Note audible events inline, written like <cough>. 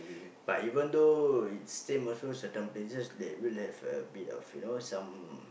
<noise> but even though it's certain places that will have a bit of you know some